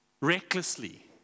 recklessly